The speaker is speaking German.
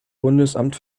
bundesamt